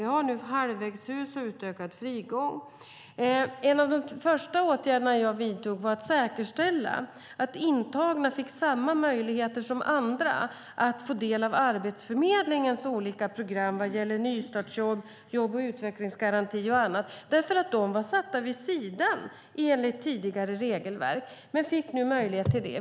Vi har nu halvvägshus och utökad frigång. En av de första åtgärder jag vidtog var att säkerställa att intagna fick samma möjligheter som andra att ta del av Arbetsförmedlingens olika program vad gäller nystartsjobb, jobb och utvecklingsgaranti och annat, för de var satta åt sidan enligt tidigare regelverk. Nu finns det möjlighet till det.